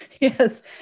Yes